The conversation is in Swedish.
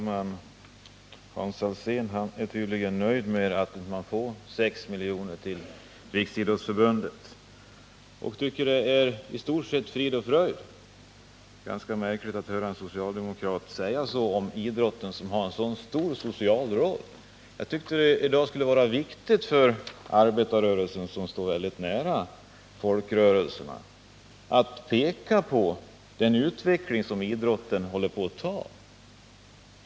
Herr talman! Hans Alsén är tydligen nöjd med att riksidrottsförbundet får sex miljoner och tycker att allting är frid och fröjd med det. Det är ganska märkligt att höra en socialdemokrat säga så om idrotten som har en så stor Jag tycker att det i dag skulle vara viktigt för arbetarrörelsen, som står väldigt nära folkrörelserna, att visa på den väg som utvecklingen inom idrotten i dag håller på att ta.